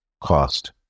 cost